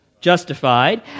justified